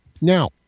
Now